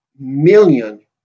million